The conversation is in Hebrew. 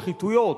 שחיתויות,